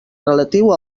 relatiu